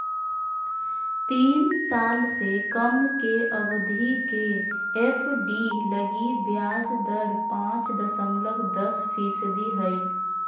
तीन साल से कम के अवधि के एफ.डी लगी ब्याज दर पांच दशमलब दस फीसदी हइ